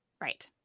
Right